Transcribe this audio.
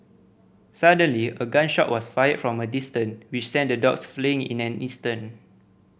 suddenly a gun shot was fired from a distant which sent the dogs fleeing in an instant